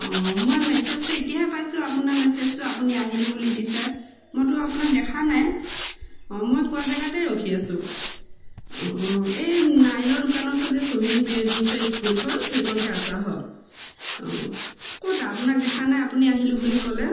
অঁ মই মেছেজটো এতিয়াহে পাইছোঁ আপোনাৰ মেছেজটো আপুনি আহিলোঁ বুলি দিছে মইতো আপোনাক দেখা নাই অঁ মই কোৱা জেগাতে ৰখি আছোঁ অঁ এই লাইনৰ দোকানৰ ওচৰত যে চহীন বীৰেণ মিশ্ৰৰ স্কুলখন সেইকণতে আছোঁ আহক অঁ ক'তা আপোনাক দেখা নাই আপুনি আহিলোঁ বুলি ক'লে